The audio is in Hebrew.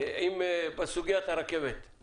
בסוגיית הרכבת התחתית